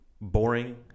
Boring